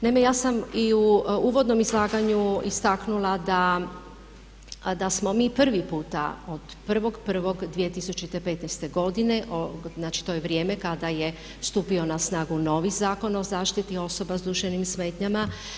Naime, ja sam i u uvodnom izlaganju istaknula da smo mi prvi puta od 1.1.2015. godine, znači to je vrijeme kada je stupio na snagu novi Zakon o zaštiti osoba sa duševnim smetnjama.